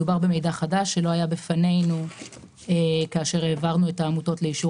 מדובר במידע חדש שלא היה בפנינו כאשר העברנו את העמותות לאישור